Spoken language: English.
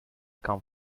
come